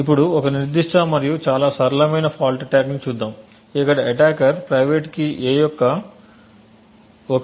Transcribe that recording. ఇప్పుడు ఒక నిర్దిష్ట మరియు చాలా సరళమైన ఫాల్ట్ అటాక్ ని చూద్దాం ఇక్కడ అటాకర్ ప్రైవేట్ కీ a యొక్క 1 బిట్ ని నిర్ణయించగలడు